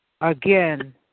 again